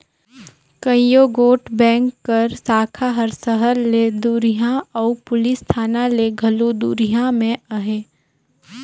कइयो गोट बेंक कर साखा हर सहर ले दुरिहां अउ पुलिस थाना ले घलो दुरिहां में अहे